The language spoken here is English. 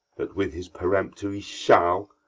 that with his peremptory shall,